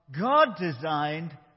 God-designed